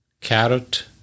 carrot